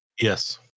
Yes